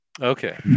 Okay